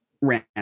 ran